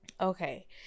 Okay